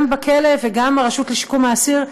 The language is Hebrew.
גם בכלא וגם ברשות לשיקום האסיר,